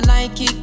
Nike